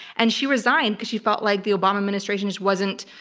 and she resigned because she felt like the obama administration wasn't